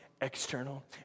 external